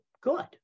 good